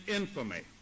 infamy